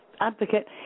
Advocate